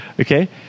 Okay